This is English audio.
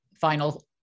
final